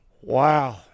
Wow